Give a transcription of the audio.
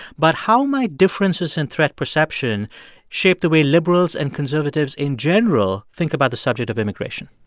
but how might differences in threat perception shape the way liberals and conservatives in general think about the subject of immigration?